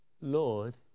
Lord